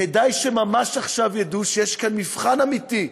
כדאי שממש עכשיו ידעו שיש כאן מבחן אמיתי,